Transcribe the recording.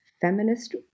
feminist